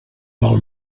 del